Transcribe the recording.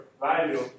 value